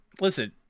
Listen